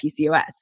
PCOS